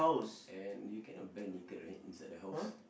and you cannot bare naked right inside the house